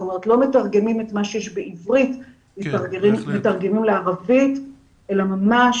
זאת אומרת לא מתרגמים את מה שיש בעברית לערבית אלא ממש